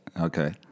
Okay